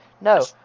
No